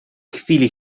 chwili